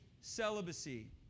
celibacy